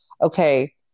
okay